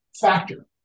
factor